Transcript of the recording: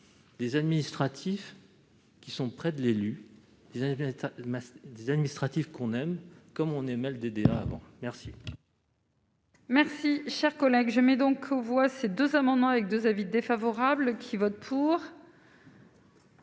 des administratifs qui sont près de l'élu invités des administratifs qu'on aime, comme on est des bon merci. Merci, chers collègues, je mets donc aux voix ces 2 amendements avec 2 avis défavorables qui vote pour.